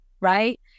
right